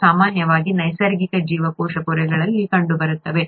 ಮೂರು ಸಾಮಾನ್ಯವಾಗಿ ನೈಸರ್ಗಿಕ ಜೀವಕೋಶ ಪೊರೆಗಳಲ್ಲಿ ಕಂಡುಬರುತ್ತವೆ